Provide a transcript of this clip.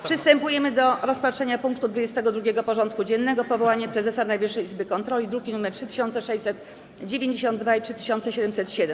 Przystępujemy do rozpatrzenia punktu 22. porządku dziennego: Powołanie prezesa Najwyższej Izby Kontroli (druki nr 3692 i 3707)